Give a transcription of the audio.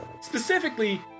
Specifically